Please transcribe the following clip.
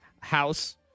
house